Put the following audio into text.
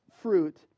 fruit